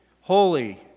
holy